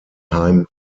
heim